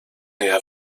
der